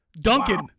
Duncan